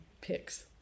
picks